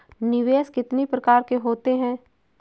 निवेश कितनी प्रकार के होते हैं?